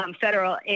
federal